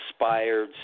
inspired